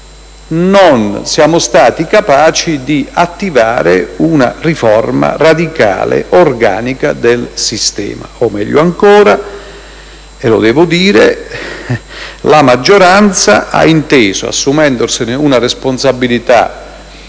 non siamo stati capaci di avviare una riforma radicale, organica del sistema, o meglio ancora - lo devo dire - la maggioranza ha inteso, assumendosene una responsabilità